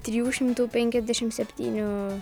trijų šimtų penkiasdešimt septynių